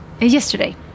yesterday